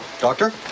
doctor